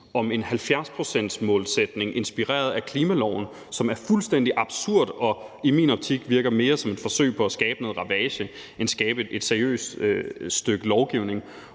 om en 70-procentsmålsætning inspireret af klimaloven, som er fuldstændig absurd, og som i min optik virker mere som et forsøg på at skabe noget ravage end skabe et seriøst stykke lovgivning.